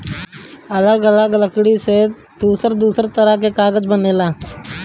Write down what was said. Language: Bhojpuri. अलग अलग लकड़ी से दूसर दूसर तरह के कागज बनेला